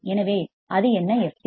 எனவே அது என்ன fc